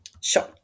Sure